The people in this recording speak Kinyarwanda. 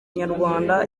nyarwanda